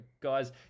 guys